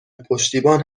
پشتیبان